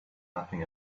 nothing